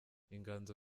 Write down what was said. inganzo